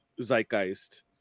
zeitgeist